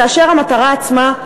כאשר המטרה עצמה,